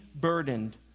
burdened